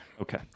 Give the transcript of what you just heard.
okay